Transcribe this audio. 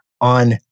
on